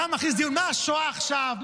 אלעזר, אתה מכניס דיוני שואה עכשיו.